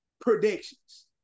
Predictions